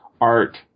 art